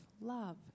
love